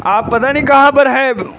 آپ پتا نہیں کہاں پر ہیں